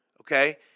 okay